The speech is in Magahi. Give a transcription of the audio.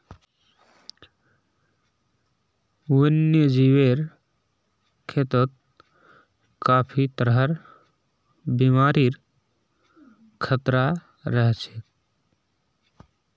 वन्यजीवेर खेतत काफी तरहर बीमारिर खतरा रह छेक